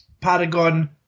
Paragon